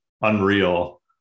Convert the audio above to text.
unreal